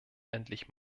endlich